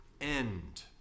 end